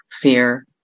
fear